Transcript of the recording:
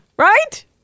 right